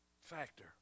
factor